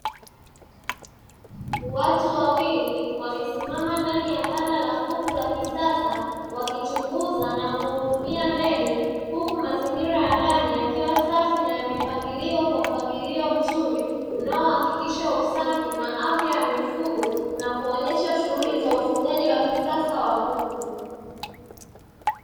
Watu wawili wamesimama ndani ya banda la kuku la kisasa wakichunguza na kuhudumia ndege huku mazingira ya ndani yakiwa safi na yamepangiliwa kwa mpangilio mzuri unao hakikisha usafi na afya ya mifugo na kuonyesha shughuli za ufugaji wa kisasa wa kuku.